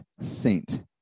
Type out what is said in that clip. saint